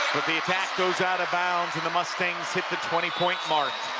but the attack goes out of bounds and the mustangs hit the twenty point mark